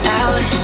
out